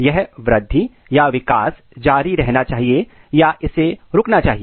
यह वृद्धि या विकास जारी रहना चाहिए या इसे रुकना चाहिए